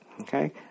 Okay